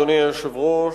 אדוני היושב-ראש,